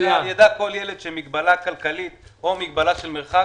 יידע כל ילד שמגבלה כלכלית או מגבלה של מרחק